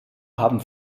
haben